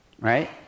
Right